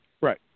Right